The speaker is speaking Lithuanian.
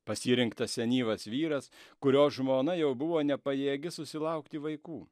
pasirinktas senyvas vyras kurio žmona jau buvo nepajėgi susilaukti vaikų